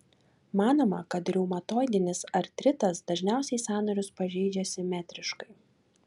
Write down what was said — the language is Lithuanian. manoma kad reumatoidinis artritas dažniausiai sąnarius pažeidžia simetriškai